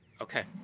Okay